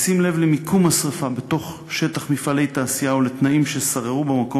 בשים לב למיקום השרפה בתוך שטח מפעלי תעשייה ולתנאים ששררו במקום,